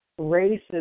racism